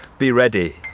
be ready.